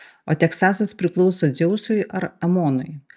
o teksasas priklauso dzeusui ar amonui